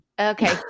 Okay